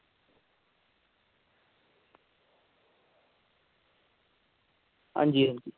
आं जी आं जी